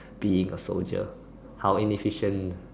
being a soldier how inefficient